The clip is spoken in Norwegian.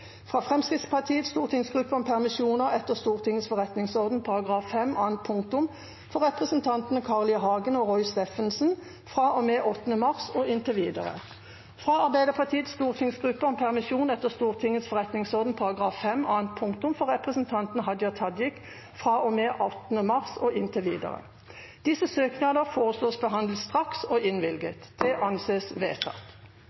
fra Fremskrittspartiets stortingsgruppe om permisjon etter Stortingets forretningsorden § 5 annet punktum for representantene Carl I. Hagen og Roy Steffensen fra og med 8. mars og inntil videre fra Arbeiderpartiets stortingsgruppe om permisjon etter Stortingets forretningsorden § 5 annet punktum for representanten Hadia Tajik fra og med 8. mars og inntil videre Disse søknader foreslås behandlet straks og